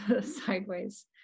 sideways